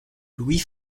louis